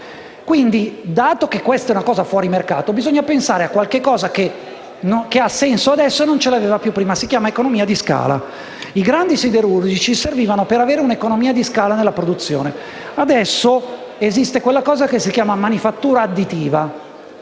Quindi, dato che questa è una cosa fuori mercato, bisogna pensare a qualcosa che ha senso adesso e che non ce l'aveva prima: si chiama economia di scala. I grandi siderurgici servivano per avere un'economia di scala nella produzione. Adesso esiste una cosa che si chiama manifattura additiva